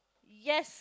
yes